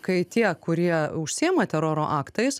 kai tie kurie užsiima teroro aktais